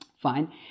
fine